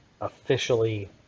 officially